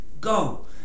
go